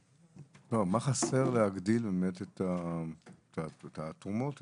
לא, מה חסר באמת להגדיל את התרומות מהאנשים?